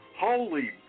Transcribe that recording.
Holy